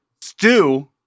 Stew